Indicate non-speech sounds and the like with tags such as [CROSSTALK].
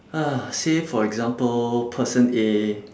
[NOISE] say for example person A